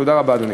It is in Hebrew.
תודה רבה, אדוני.